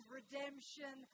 redemption